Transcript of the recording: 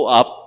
up